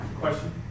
Question